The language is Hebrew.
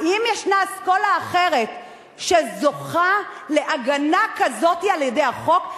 האם ישנה אסכולה אחרת שזוכה להגנה כזאת על-ידי החוק?